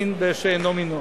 מין בשאינו מינו.